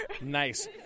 Nice